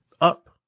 up